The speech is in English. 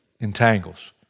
entangles